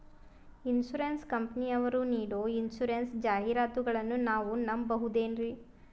Insurance ಕಂಪನಿಯರು ನೀಡೋ insurance ಜಾಹಿರಾತುಗಳನ್ನು ನಾವು ನಂಬಹುದೇನ್ರಿ?